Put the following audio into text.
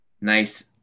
nice